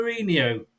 Mourinho